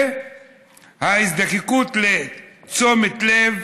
וההזדקקות לתשומת לב,